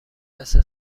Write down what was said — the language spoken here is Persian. مثل